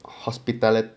hospitality